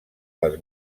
les